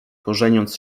korzeniąc